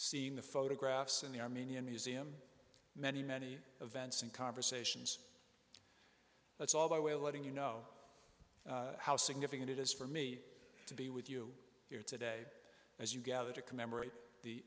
seeing the photographs in the armenian museum many many events and conversations that's all the way of letting you know how significant it is for me to be with you here today as you gather to commemorate the